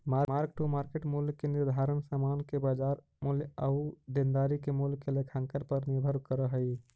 mark to market मूल्य के निर्धारण समान के बाजार मूल्य आउ देनदारी के मूल्य के लेखांकन पर निर्भर करऽ हई